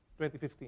2015